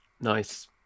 nice